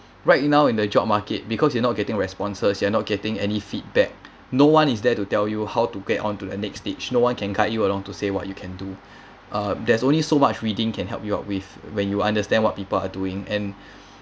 right now in the job market because you're not getting responses you're not getting any feedback no one is there to tell you how to get onto the next stage no one can guide you along to say what you can do uh there's only so much reading can help you up with when you understand what people are doing and